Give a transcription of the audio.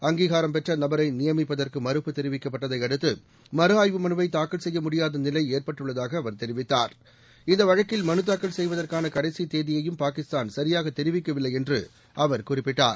அங்கீகாரம் பெற்ற நபரை நியமிப்பதற்கு மறுப்பு தெரிவிக்க ப்பட்டதையடுத்து மறு ஆய்வு மறுவை தாக்கல் செய்ய முடியாத நிலை ஏற்பட்டுள்ளதாக அவர் தெரிவித்தார் இந்த வழக்கில் மனு தாக்கல் செய்வதற்கான கடைசி தேதியையும் பாகிஸ்தான் சரியாக தெரிவிக்கவில்லை என்று அவர் குறிப்பிட்டார்